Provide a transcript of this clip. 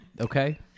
Okay